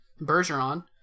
Bergeron